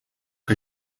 que